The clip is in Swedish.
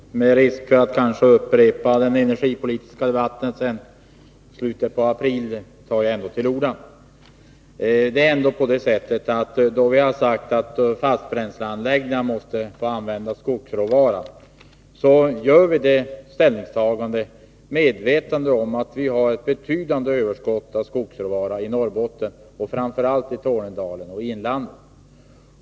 Herr talman! Med risk för att kanske upprepa den energipolitiska debatten i slutet på april tar jag ändå till orda. Vi har sagt att fastbränsleanläggningar måste få använda skogsråvara. Vi gör det ställningstagandet medvetna om att vi har skogsråvara i Norrbotten, framför allt i Tornedalen och i inlandet.